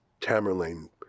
Tamerlane